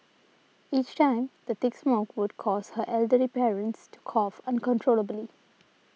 each time the thick smoke would cause her elderly parents to cough uncontrollably